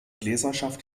leserschaft